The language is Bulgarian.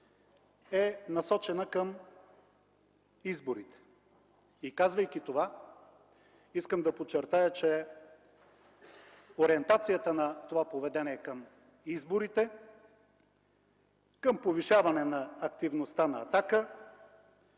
е насочена към изборите. И казвайки това, искам да подчертая, че ориентацията на това поведение към изборите, към повишаване на активността на „Атака”,